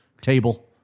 table